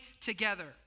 together